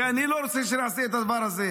כי אני לא רוצה שנעשה את הדבר הזה.